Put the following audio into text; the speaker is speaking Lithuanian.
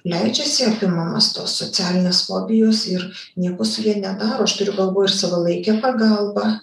leidžiasi apimamas tos socialinės fobijos ir nieko su ja nedaro aš turiu galvoj ir savalaikę pagalbą